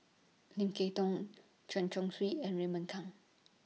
Lim Kay Tong Chen Chong Swee and Raymond Kang